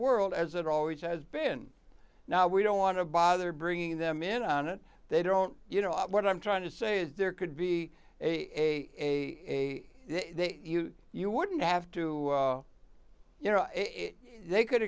world as it always has been now we don't want to bother bringing them in on it they don't you know what i'm trying to say is there could be a you wouldn't have to you know it they could